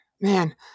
man